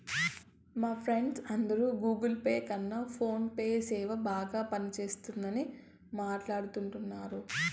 మా ఫ్రెండ్స్ అందరు Google Pay కన్న ఫోన్ పే నే సేనా బాగా పనిచేస్తుండాదని మాట్లాడతాండారు